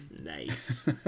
Nice